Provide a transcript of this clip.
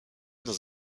dans